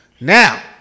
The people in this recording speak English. Now